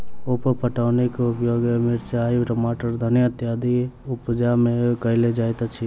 उप पटौनीक उपयोग मिरचाइ, टमाटर, धनिया इत्यादिक उपजा मे कयल जाइत अछि